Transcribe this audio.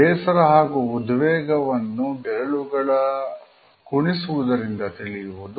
ಬೇಸರ ಹಾಗೂ ಉದ್ವೇಗವನ್ನುಬೆರಳುಗಳ ಕುಣಿಸುವುದರಿಂದ ತಿಳಿಯುವುದು